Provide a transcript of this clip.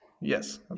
yes